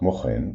כמו כן,